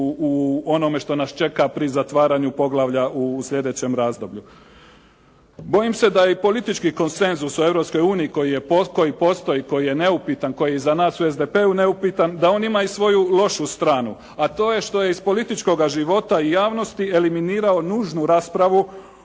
u onome što nas čeka pri zatvaranju poglavlja u sljedećem razdoblju. Bojim se da je i politički konsenzus o Europskoj uniji koji postoji, koji je neupitan, koji i za nas u SDP-u neupitan da on ima i svoju lošu stranu a to je što je iz političkoga života i javnosti eliminirao nužnu raspravu